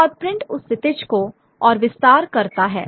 और प्रिंट उस क्षितिज को और विस्तार करता है